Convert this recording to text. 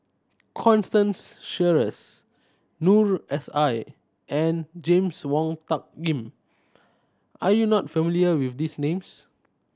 Constance Sheares Noor S I and James Wong Tuck Yim are you not familiar with these names